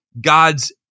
God's